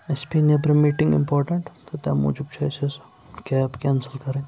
اَسہِ پیٚیہِ نٮ۪برٕ میٖٹِنٛگ اِمپاٹَنٹ تہٕ تَمہِ موٗجوٗب چھِ اَسہِ کیب کینسل کَرٕنۍ